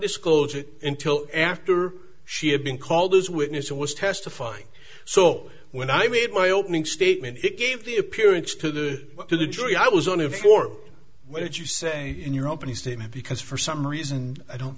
disclose it until after she had been called as witness who was testifying so when i made my opening statement it gave the appearance to the to the jury i was on if or when did you say in your opening statement because for some reason i don't